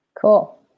Cool